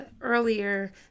earlier